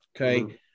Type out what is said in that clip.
Okay